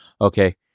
Okay